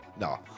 No